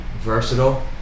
versatile